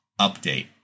update